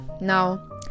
now